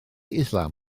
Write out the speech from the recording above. islam